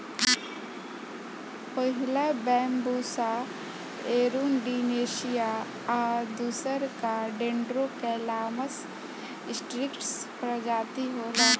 पहिला Bambusa arundinacea आ दूसरका डेन्ड्रोकैलामस स्ट्रीक्ट्स प्रजाति होला